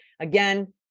again